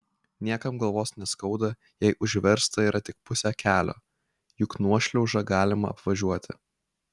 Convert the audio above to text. niekam galvos neskauda jei užversta yra tik pusė kelio juk nuošliaužą galima apvažiuoti